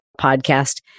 podcast